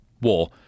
war